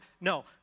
no